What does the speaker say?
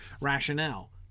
rationale